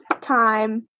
time